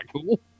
cool